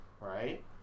right